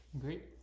great